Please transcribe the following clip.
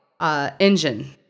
engine